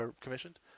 commissioned